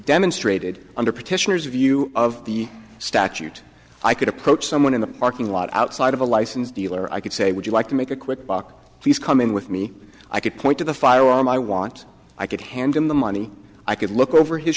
demonstrated under petitioners view of the statute i could approach someone in the parking lot outside of a licensed dealer i could say would you like to make a quick buck he's coming with me i could point to the firearm i want i could hand him the money i could look over his